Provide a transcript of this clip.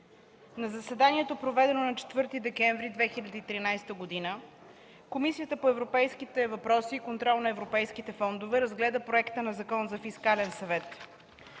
На заседанието, проведено на 4 декември 2013 г., Комисията по европейските въпроси и контрол на европейските фондове разгледа Проект на Закон за Фискален съвет,